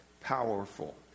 powerful